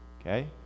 okay